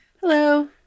Hello